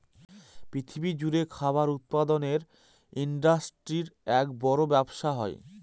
পৃথিবী জুড়ে খাবার উৎপাদনের ইন্ডাস্ট্রির এক বড় ব্যবসা হয়